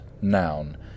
Noun